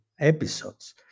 episodes